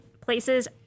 places